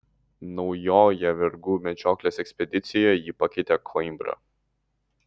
naujoje vergų medžioklės ekspedicijoje jį pakeitė koimbra